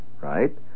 right